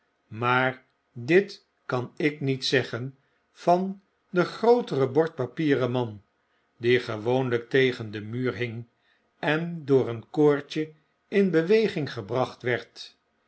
maar dit kan ik niet zeggen van den grooteren bordpapieren man die gewoonlijk tegen den muur hing en door een koordjeinbeweginggebracht werd